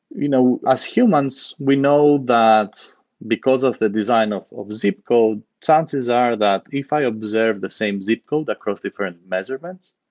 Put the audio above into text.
you know as humans, we know that because of the design of of zip code, chances are that if i observe the zip code across different measurements,